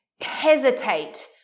hesitate